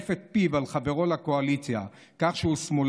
טינף את פיו על חברו לקואליציה על כך שהוא שמאלני,